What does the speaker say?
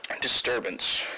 disturbance